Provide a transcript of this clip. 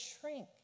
shrink